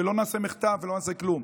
ולא נעשה מחטף ולא נעשה כלום.